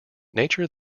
nature